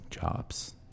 jobs